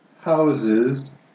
houses